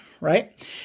right